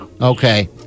Okay